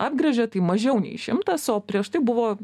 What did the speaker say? apgręžia tai mažiau nei šimtas o prieš tai buvo